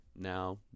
Now